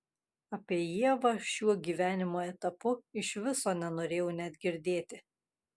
apie ievą šiuo gyvenimo etapu iš viso nenorėjau net girdėti